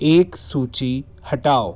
एक सूची हटाओ